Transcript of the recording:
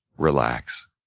relax.